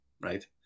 right